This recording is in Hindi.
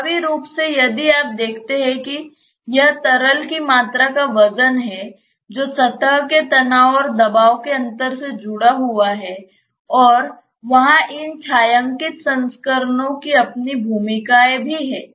प्रभावी रूप से यदि आप देखते हैं कि यह तरल की मात्रा का वजन है जो सतह के तनाव और दबाव के अंतर से जुड़ा हुआ है और वहां इन छायांकित संस्करणों की अपनी भूमिकाएं भी हैं